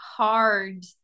hard